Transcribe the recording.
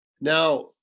now